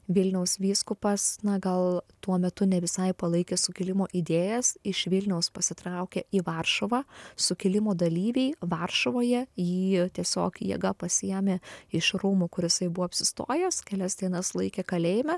vilniaus vyskupas na gal tuo metu ne visai palaikė sukilimo idėjas iš vilniaus pasitraukė į varšuvą sukilimo dalyviai varšuvoje jį tiesiog jėga pasiėmė iš rūmų kur jisai buvo apsistojęs kelias dienas laikė kalėjime